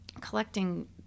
collecting